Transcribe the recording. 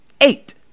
Eight